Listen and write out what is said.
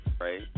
right